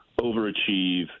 overachieve